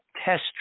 test